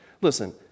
Listen